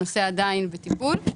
הנושא עדיין בטיפול.